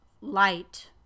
light